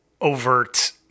overt